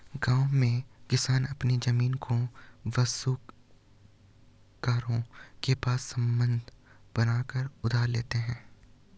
गांव में किसान अपनी जमीन को साहूकारों के पास बंधक बनाकर उधार लेते हैं